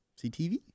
CTV